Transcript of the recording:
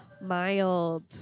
Mild